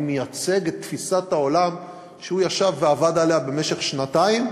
אני מייצג את תפיסת העולם שהוא ישב ועבד עליה במשך שנתיים,